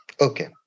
Okay